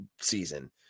season